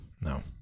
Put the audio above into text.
no